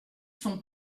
son